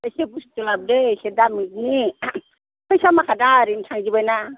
एसे बुस्थु लाबोदों एखे दामनि फैसा माखाया दा आंना ओरैनो थांजोब्बाय ना